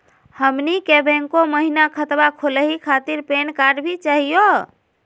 हमनी के बैंको महिना खतवा खोलही खातीर पैन कार्ड भी चाहियो?